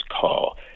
call